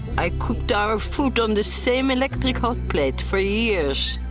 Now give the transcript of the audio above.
i cooked our food on the same electric hot plate for years,